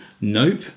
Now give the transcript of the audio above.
nope